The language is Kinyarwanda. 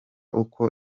uko